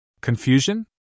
Confusion